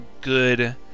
good